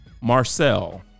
Marcel